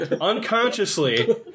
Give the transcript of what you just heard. unconsciously